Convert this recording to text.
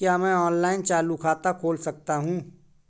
क्या मैं ऑनलाइन चालू खाता खोल सकता हूँ?